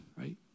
right